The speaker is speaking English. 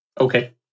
Okay